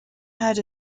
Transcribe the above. had